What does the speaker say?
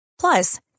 Plus